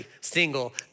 single